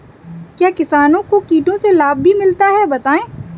क्या किसानों को कीटों से लाभ भी मिलता है बताएँ?